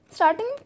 Starting